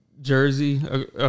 jersey